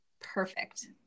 Perfect